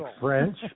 French